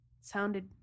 sounded